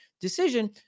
decision